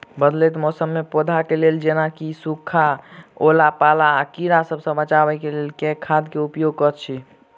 बदलैत मौसम मे पौधा केँ लेल जेना की सुखा, ओला पाला, आ कीड़ा सबसँ बचबई केँ लेल केँ खाद केँ उपयोग करऽ छी?